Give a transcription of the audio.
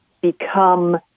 become